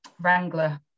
Wrangler